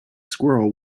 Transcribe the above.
squirrel